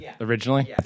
originally